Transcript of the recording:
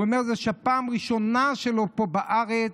והוא אומר שזו הפעם הראשונה שלו פה בארץ,